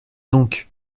donc